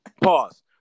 Pause